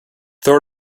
throw